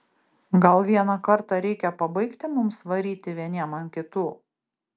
gal vieną kartą reikia pabaigti mums varyti vieniem ant kitų